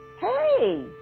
Hey